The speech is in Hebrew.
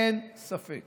אין ספק